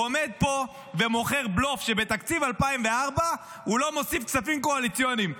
הוא עומד פה ומוכר בלוף שבתקציב 2004 הוא לא מוסיף כספים קואליציוניים.